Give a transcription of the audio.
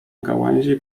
gałęzi